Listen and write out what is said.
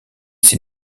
ses